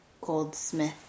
Goldsmith